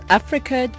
africa